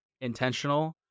intentional